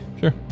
sure